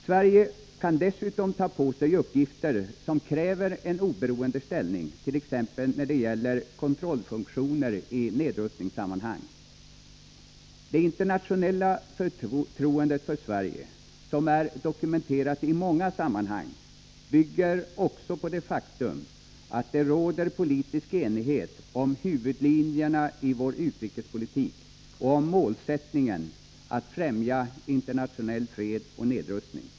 Sverige kan dessutom ta på sig uppgifter som kräver en oberoende ställning, t.ex. när det gäller kontrollfunktioner i nedrustningssammanhang. Det internationella förtroendet för Sverige, som är dokumenterat i många sammanhang, bygger också på det faktum att det råder politisk enighet om huvudlinjerna i vår utrikespolitik och om målsättningen att främja internationell fred och nedrustning.